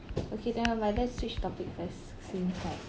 okay nevermind let's switch topic first since like